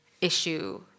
issue